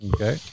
Okay